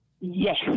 Yes